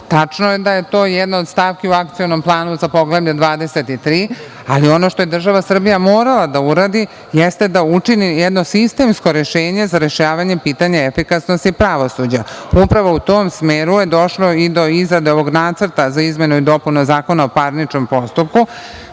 je da je to jedna od stavki u Akcionom planu za Poglavlje 23, ali ono što je država Srbija morala da uradi, jeste da učini jedno sistemsko rešenje za rešavanje pitanja efikasnosti pravosuđa. Upravo u tom smeru je došlo i do izrade ovog nacrta za izmenu i dopunu Zakona o parničnom postupku,